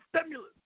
stimulus